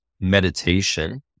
meditation